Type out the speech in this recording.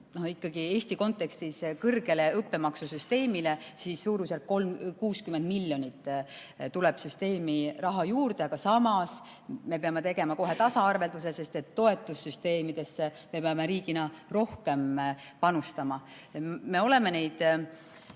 Eesti kontekstis kõrge õppemaksu süsteemile, siis suurusjärgus 60 miljonit tuleb süsteemi raha juurde. Aga samas me peame tegema kohe tasaarvelduse, sest toetussüsteemidesse me peame riigina rohkem panustama.Me oleme neid